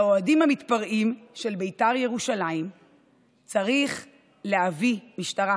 לאוהדים המתפרעים של בית"ר ירושלים צריך להביא משטרה,